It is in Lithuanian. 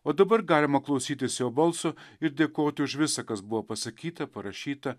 o dabar galima klausytis jo balso ir dėkoti už visa kas buvo pasakyta parašyta